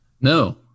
No